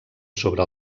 sobre